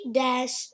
dash